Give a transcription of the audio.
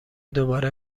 دوباره